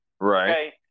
Right